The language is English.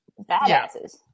badasses